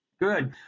Good